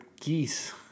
geese